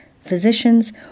physicians